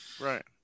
right